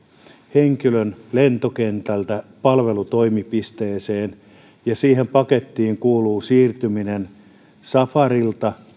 henkilön lentokentältä palvelutoimipisteeseen ja siihen pakettiin kuuluu siirtyminen safarilta